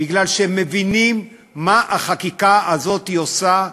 אלא מכיוון שהם מבינים מה החקיקה הזאת עושה,